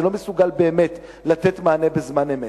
שלא מסוגל באמת לתת מענה בזמן אמת.